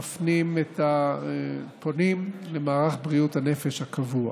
מפנים את הפונים למערך בריאות הנפש הקבוע.